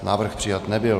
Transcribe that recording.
Návrh přijat nebyl.